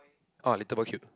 oh little boy cute